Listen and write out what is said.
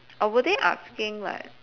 or were they asking like